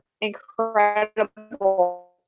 incredible